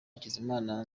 hakizimana